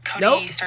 nope